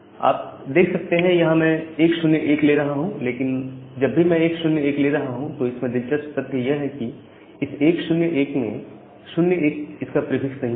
आप देख सकते हैं यहां मैं 101 ले रहा हूं लेकिन जब भी मैं 101 ले रहा हूं तो इसमें दिलचस्प तथ्य यह है कि इस 101 में 01 इसका प्रीफिक्स नहीं है